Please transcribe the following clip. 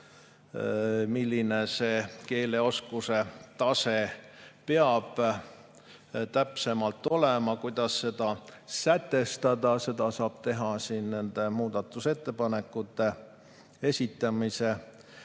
milline see keeleoskuse tase peab ikkagi olema ja kuidas seda sätestada. Seda saab teha siin nende muudatusettepanekute esitamise